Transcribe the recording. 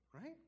right